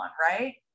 Right